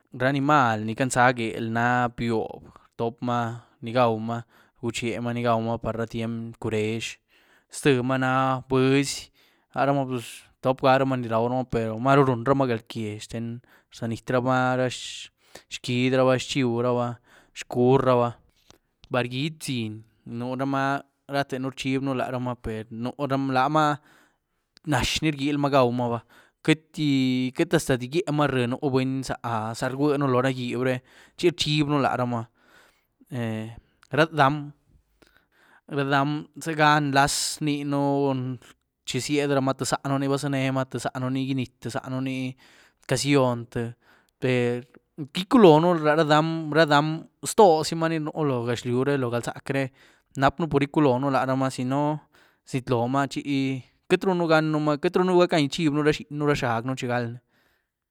Ra nímalh ni canza gwel na biob rtopmaa ni gwaumaa, rguchemaa ni gwauma par ra tyiem curezh, ztïemaa na bïëzy laramaa pz rtopgarumaa ni rauramaa pero marú runrumaa galquie xten rzanietramaa ra xquiedyraba, xchiuraba, xcuurraba. Bardgyiedbziny nuramaa, ratën rchibyën laramaa, per nuruma per lamaa nazh ní rguielmaa gwaumaa ba, queitydi-queity hasta di gwyiema rïeny nu buny za-za rgwueën lo ra gyieb re, chi rchibyënu laramaa ra dam-ra dam ziëga nlaz rniën chi ziedramaa tïé zaën bazanemaa, tïé zaën ni gyínity, tïé zaën ni gac´casyiony, per iculoën lara dam, ra dam ztozimaní nú lo gaxliu re, lo galzac´re, napën por iculoën laramaa zino znïétlomaa chi queityrën ganën lamaa, queityrën gac´gan ichiebyën ra xiën, ra xagën, xigalni.